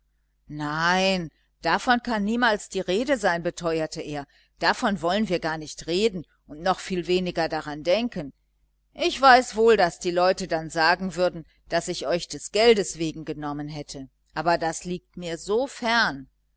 nein davon kann niemals die rede sein beteuerte er davon wollen wir gar nicht reden und noch viel weniger daran denken ich weiß wohl daß die leute dann sagen würden daß ich euch des geldes wegen genommen hätte aber das liegt mir so fern